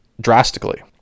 drastically